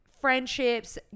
friendships